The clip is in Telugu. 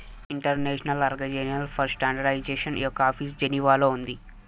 ఇంటర్నేషనల్ ఆర్గనైజేషన్ ఫర్ స్టాండర్డయిజేషన్ యొక్క ఆఫీసు జెనీవాలో ఉంది